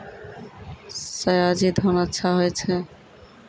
सयाजी धान अच्छा होय छै?